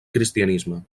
cristianisme